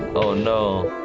oh, no.